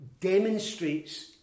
demonstrates